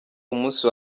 umunsi